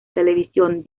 televisión